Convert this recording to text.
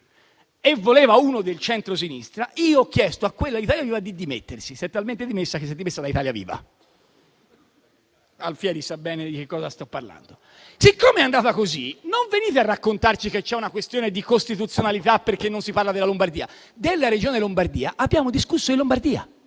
ma voleva uno del centrosinistra, ho chiesto a quella di Italia Viva di dimettersi. Si è talmente dimessa che si è dimessa da Italia Viva. Il collega Alfieri sa bene di che cosa sto parlando. Siccome è andata così, non venite a raccontarci che c'è una questione di costituzionalità, perché non si parla della Lombardia. Della Regione Lombardia abbiamo discusso in Lombardia.